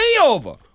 over